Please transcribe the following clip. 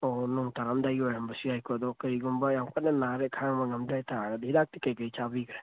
ꯑꯣ ꯅꯣꯡ ꯇꯥꯔꯛꯑꯝꯗꯥꯏꯒꯤ ꯑꯣꯏꯔꯝꯕꯁꯨ ꯌꯥꯏꯀꯣ ꯑꯗꯣ ꯀꯔꯤꯒꯨꯝꯕ ꯌꯥꯝ ꯀꯟꯅ ꯅꯥꯔꯦ ꯈꯥꯡꯕ ꯉꯝꯗ꯭ꯔꯦ ꯍꯥꯏꯕꯇꯥꯔꯒꯗꯤ ꯍꯤꯗꯥꯛꯇꯤ ꯀꯔꯤ ꯀꯔꯤ ꯆꯥꯕꯤꯈ꯭ꯔꯦ